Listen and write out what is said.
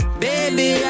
baby